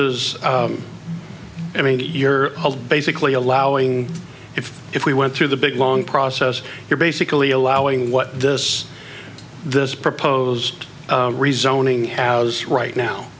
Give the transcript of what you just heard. is i mean you're basically allowing if if we went through the big long process you're basically allowing what this this proposed rezoning as right now